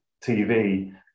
TV